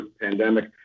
pandemic